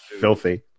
filthy